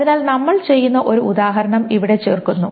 അതിനാൽ നമ്മൾ ചെയ്യുന്ന ഒരു ഉദാഹരണം ഇവിടെ ചേർക്കുന്നു